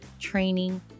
training